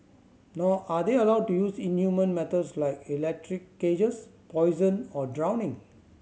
nor are they allowed to use inhumane methods like electric cages poison or drowning